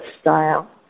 style